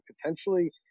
potentially